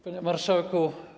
Panie Marszałku!